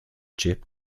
chip